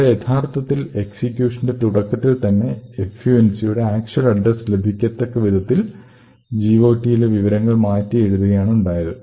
ഇവിടെ യഥാർത്ഥത്തിൽ എക്സിക്യൂഷന്റെ തുടക്കത്തിൽത്തന്നെ func ന്റെ ആക്ച്വൽ അഡ്രസ് ലഭിക്കത്തക്ക വിധത്തിൽ GOT യിലെ വിവരങ്ങൾ മാറ്റിയെഴുതുകയാണ് ഉണ്ടായത്